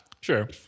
Sure